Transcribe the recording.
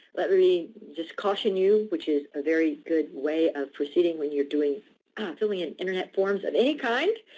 let me just caution you, which is a very good way of proceeding when you're doing filling in internet forms of any kind,